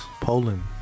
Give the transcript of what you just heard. Poland